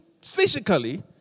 physically